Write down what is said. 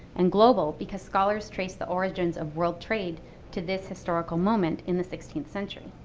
and global because scholars trace the origins of world trade to this historical moment in the sixteenth century.